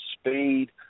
speed